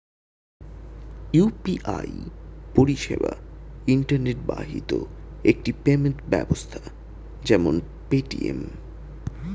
UPI পরিষেবা internet বাহিত একটি পেমেন্ট ব্যবস্থা যেমন পেটিএম